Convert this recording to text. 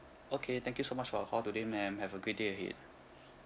okay thank you so much for your call today ma'am have a great day ahead